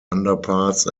underparts